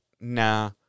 nah